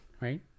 Right